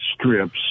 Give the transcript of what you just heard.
strips